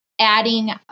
adding